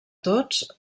tots